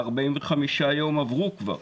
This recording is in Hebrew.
45 יום עברו כבר.